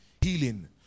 healing